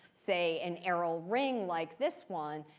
say, an aryl ring like this one,